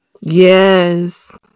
Yes